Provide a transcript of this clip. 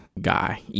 guy